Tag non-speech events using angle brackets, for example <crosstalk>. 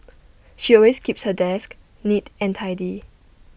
<noise> she always keeps her desk neat and tidy